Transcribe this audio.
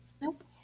Nope